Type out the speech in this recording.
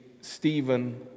Stephen